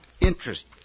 interest